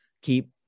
keep